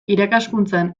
irakaskuntzan